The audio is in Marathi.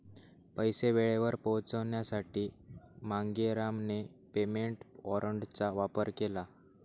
पैसे वेळेवर पोहोचवण्यासाठी मांगेरामने पेमेंट वॉरंटचा वापर केला